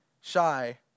Shy